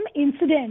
incident